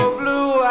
blue